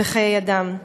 בחיי אדם.